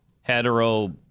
hetero